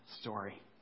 story